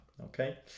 Okay